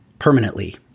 permanently